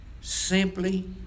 Simply